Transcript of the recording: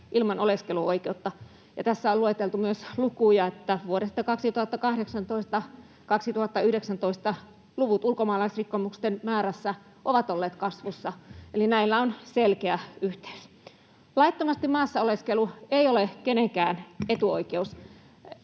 ilman oleskeluoikeutta. Tässä on lueteltu myös lukuja, että vuodesta 2018 vuoteen 2019 luvut ulkomaalaisrikkomusten määrässä ovat olleet kasvussa, eli näillä on selkeä yhteys. Laittomasti maassa oleskelu ei ole kenenkään etuoikeus